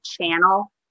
channel